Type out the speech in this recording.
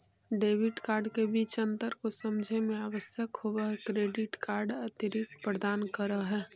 Debit card के बीच अंतर को समझे मे आवश्यक होव है क्रेडिट कार्ड अतिरिक्त प्रदान कर है?